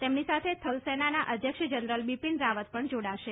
તેમની સાથે થલસેનાના અધ્યક્ષ જનરલ બિપીન રાવત પણ જોડાશે